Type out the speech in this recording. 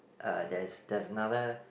uh there's there's another